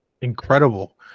incredible